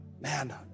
man